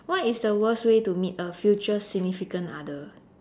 what is the worst way to meet a future significant other